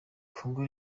congo